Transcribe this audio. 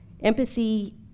Empathy